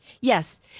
yes